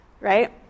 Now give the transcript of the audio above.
right